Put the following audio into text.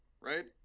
right